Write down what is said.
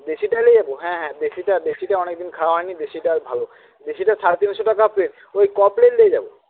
দেশিটাই নিয়ে যাবো হ্যাঁ হ্যাঁ দেশিটা দেশিটা অনেকদিন খাওয়া হয়নি দেশিটা ভালো দেশিটা সাড়ে তিনশো টাকা প্লেট ওই ক প্লেট নিয়ে যাব